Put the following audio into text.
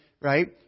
right